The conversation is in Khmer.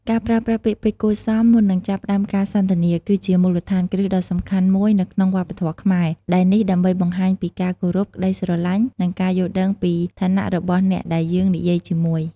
ការប្រើប្រាស់ពាក្យពេចន៍គួរសមមុនពេលចាប់ផ្ដើមការសន្ទនា គឺជាមូលដ្ឋានគ្រឹះដ៏សំខាន់មួយនៅក្នុងវប្បធម៌ខ្មែរ ដែលនេះដើម្បីបង្ហាញពីការគោរព ក្ដីស្រឡាញ់ និងការយល់ដឹងពីឋានៈរបស់អ្នកដែលយើងនិយាយជាមួយ។